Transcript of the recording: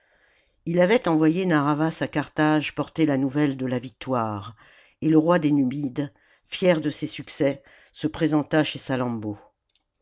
ii avait envoyé narr'havas à carthage porter la nouvelle de la victoire et le roi des numides fier de ses succès se présenta chez